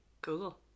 Google